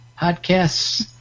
podcasts